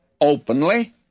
openly